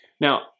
Now